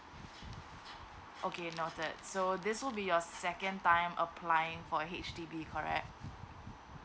okay noted so this will be your second time applying for H_D_B correct